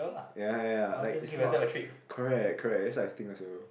ya ya ya like is not correct correct that's like the thing also